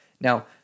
Now